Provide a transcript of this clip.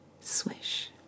swish